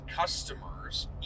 customer's